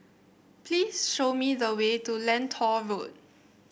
please show me the way to Lentor Road